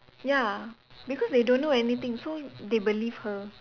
ya because they don't know anything so they believe her